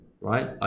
right